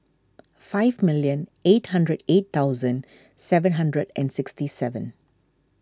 five million eight hundred eight thousand seven hundred and sixty seven